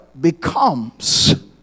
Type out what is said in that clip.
becomes